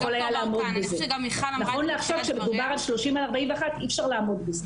נכון להיום כשמדובר על גילאי 30 עד 41 אי אפשר לעמוד בזה.